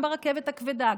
גם ברכבת הכבדה,